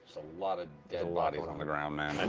so lot of dead bodies on the ground, man.